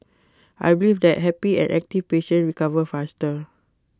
I believe that happy and active patients recover faster